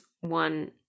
one